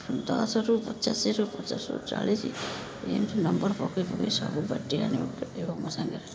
ଦଶରୁ ପଚାଶରୁ ପଚାଶରୁ ଚାଳିଶ ଏମିତି ନମ୍ବର ପକାଇ ପକାଇ ସବୁ ବାଟି ଆଣିବ ଖେଳିବ ମୋ ସାଙ୍ଗରେ